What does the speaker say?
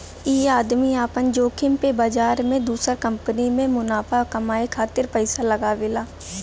ई आदमी आपन जोखिम पे बाजार मे दुसर कंपनी मे मुनाफा कमाए खातिर पइसा लगावेला